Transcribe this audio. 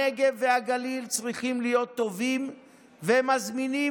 הנגב והגליל צריכים להיות טובים ומזמינים